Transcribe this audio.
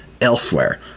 elsewhere